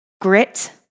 grit